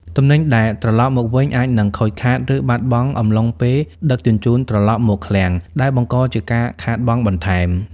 ទំនិញដែលត្រឡប់មកវិញអាចនឹងខូចខាត ឬបាត់បង់អំឡុងពេលដឹកជញ្ជូនត្រឡប់មកឃ្លាំង ដែលបង្កជាការខាតបង់បន្ថែម។